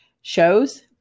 shows